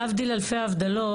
להבדיל אלף אלפי הבדלות,